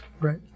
right